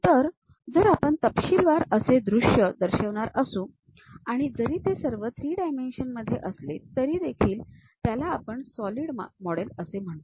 तर जर आपण तपशीलवार असे दृश्य दर्शविणार असू आणि जरी ते सर्व ३ डायमेन्शन मध्ये असले तरी त्याला आपण सॉलिड मॉडेल असे म्हणतो